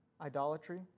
idolatry